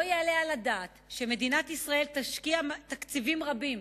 לא יעלה על הדעת שמדינת ישראל תשקיע תקציבים רבים